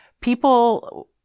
people